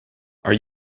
are